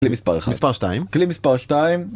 מספר 1, מספר 2, כלי מספר 2.